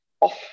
off